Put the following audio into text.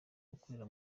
ukorera